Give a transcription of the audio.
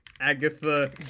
Agatha